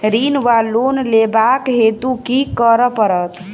ऋण वा लोन लेबाक हेतु की करऽ पड़त?